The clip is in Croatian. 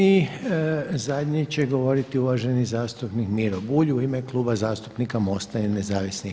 I zadnji će govoriti uvaženi zastupnik Miro Bulj u ime Kluba zastupnika MOST-a i nezavisnih lista.